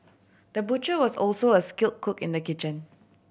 the butcher was also a skill cook in the kitchen